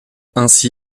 ainsi